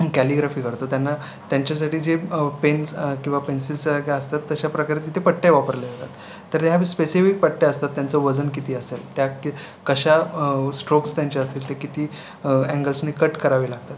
calligraphy करतो त्यांना त्यांच्यासाठी जे पेन्स किंवा पेन्सिल्ससारख्या असतात तशाप्रकारे तिथे पट्ट्या वापरल्या जातात तर ह्या स्पेसिफिक पट्ट्या असतात त्यांचं वजन किती असेल त्या कि कश्या स्ट्रोकस् त्यांचे असतील ते किती अँगल्सने कट करावे लागतात